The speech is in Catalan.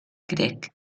grec